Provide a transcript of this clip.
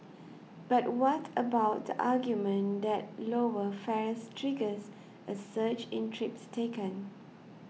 but what about the argument that lower fares triggers a surge in trips taken